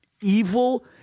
evil